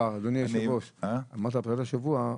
אדוני היושב ראש, אמרת פרשת השבוע,